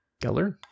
Geller